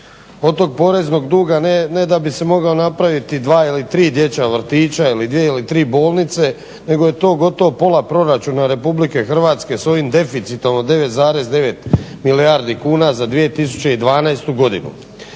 Od tog poreznog duga ne da bi se mogao napraviti dva ili tri dječja vrtića ili dvije ili tri bolnice, nego je to gotovo pola proračuna Republike Hrvatske s ovim deficitom od 9,9 milijardi kuna za 2012. godinu.